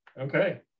Okay